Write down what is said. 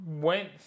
went